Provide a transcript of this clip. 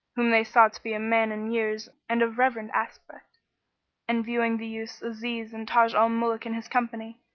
whom they saw to be a man in years and of reverend aspect and viewing the youths aziz and taj al-muluk in his company,